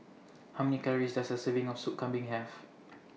How Many Calories Does A Serving of Sup Kambing Have